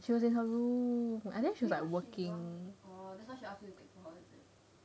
she was in her room and then she was like working